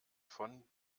von